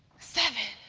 seven,